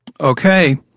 Okay